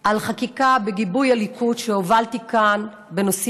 חקיקה בגיבוי הליכוד שהובלתי כאן בארבע